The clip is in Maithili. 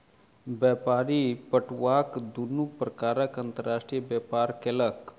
व्यापारी पटुआक दुनू प्रकारक अंतर्राष्ट्रीय व्यापार केलक